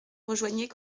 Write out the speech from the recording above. rejoignait